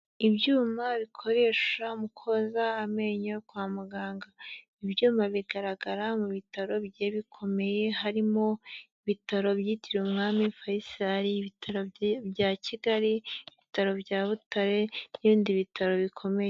Ibyuma bikoresha mu koza amenyo kwa muganga, ibyuma bigaragara mu bitaro bigiye bikomeye harimo ibitaro byitiriwe umwami Faisal, ibitaro bya Kigali, ibitaro bya Butare n'ibindi bitaro bikomeye.